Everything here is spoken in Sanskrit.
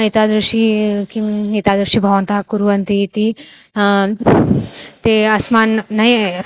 एतादृशं किम् एतादृशं भवन्तः कुर्वन्ति इति ते अस्मान् नै